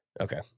Okay